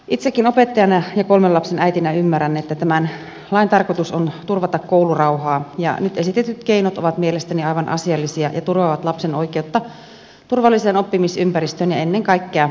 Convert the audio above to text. itsekin opettajana ja kolmen lapsen äitinä ymmärrän että tämän lain tarkoitus on turvata koulurauhaa ja nyt esitetyt keinot ovat mielestäni aivan asiallisia ja turvaavat lapsen oikeutta turvalliseen oppimisympäristöön ja ennen kaikkea oppimiseen